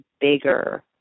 bigger